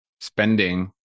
spending